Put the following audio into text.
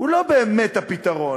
הוא לא באמת הפתרון.